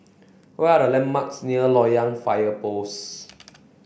where are the landmarks near Loyang Fire Post